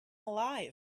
alive